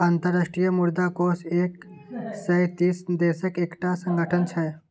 अंतर्राष्ट्रीय मुद्रा कोष एक सय तीस देशक एकटा संगठन छै